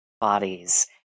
bodies